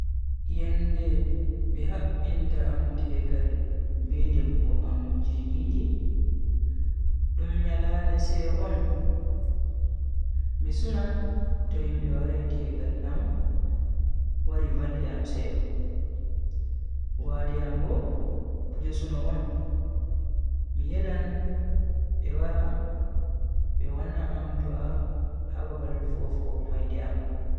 Yende be habbinta am tegal be debbo je mi yidi, dum nyalande seyo on, mi sunan to himbe warai tegal am wari valli am seyo. waade am bo kuje suno on mi yelan be wara be wanna am du'a ha babal fo-fo maide am.